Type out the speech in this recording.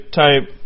type